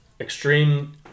extreme